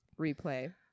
replay